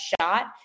shot